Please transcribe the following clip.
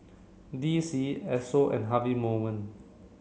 D C Esso and Harvey Norman